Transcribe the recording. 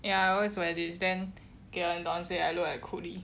I always wear this then cavan don't want say I look like cody